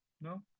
No